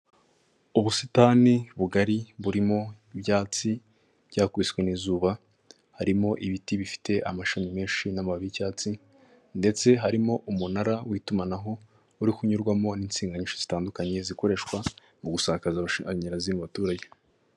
Ubusitani bugari burimo ibyatsi byakubiswe n'izuba, harimo ibiti bifite amashami menshi n'amababi y'icyatsi ndetse harimo umunara w'itumanaho uri kunyurwamo n'insinga nyinshi zitandukanye zikoreshwa mu gusakaza amashanyarazi mu baturage.